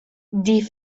die